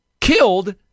killed